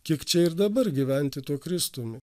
kiek čia ir dabar gyventi tuo kristumi